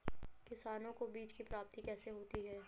किसानों को बीज की प्राप्ति कैसे होती है?